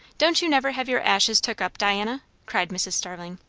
don't you never have your ashes took up, diana? cried mrs. starling,